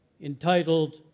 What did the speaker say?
entitled